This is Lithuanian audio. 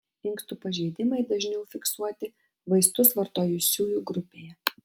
inkstų pažeidimai dažniau fiksuoti vaistus vartojusiųjų grupėje